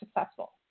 successful